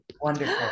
Wonderful